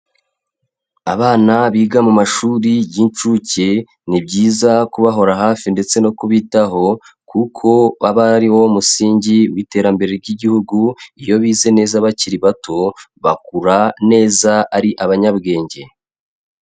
Abana biga mu mashuri y'incuke ni byiza kubahora hafi ndetse no kubitaho, kuko baba ariwo musingi w'iterambere ry'igihugu. Iyo bize neza bakiri bato bakura neza ari abanyabwenge.